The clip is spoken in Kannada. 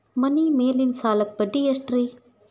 ಮನಿ ಮೇಲಿನ ಸಾಲಕ್ಕ ಬಡ್ಡಿ ಎಷ್ಟ್ರಿ?